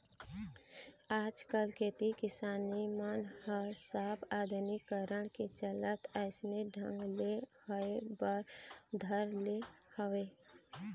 आजकल खेती किसानी मन ह सब आधुनिकीकरन के चलत अइसने ढंग ले होय बर धर ले हवय